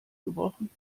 gebrochen